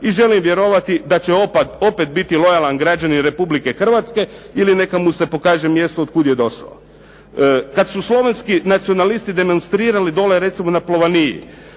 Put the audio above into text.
i želim vjerovati da će opet biti lojalan građanin Republike Hrvatske ili neka mu se pokaže mjesto od kuda je došao. Kad su slovenski nacionalisti demonstrirali dole, recimo na Plovaniji,